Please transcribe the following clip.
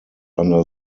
under